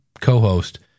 co-host